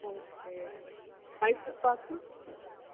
okay Mysore pak